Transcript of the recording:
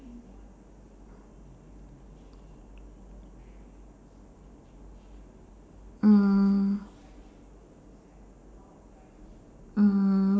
mm mm